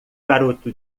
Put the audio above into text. garoto